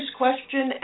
question